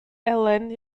elen